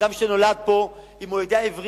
אדם שנולד פה, אם הוא יודע עברית,